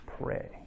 pray